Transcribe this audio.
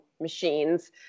machines